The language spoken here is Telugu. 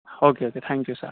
ఓకే అయితే త్యాంక్ యూ సార్